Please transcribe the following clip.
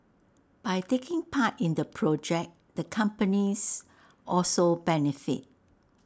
by taking part in the project the companies also benefit